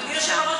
אדוני היושב-ראש,